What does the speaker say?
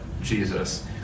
Jesus